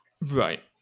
Right